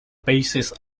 basis